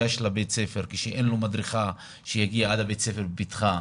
כשאין לו מדרכה שמגיעה עד לפתח בית הספר,